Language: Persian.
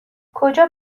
کجا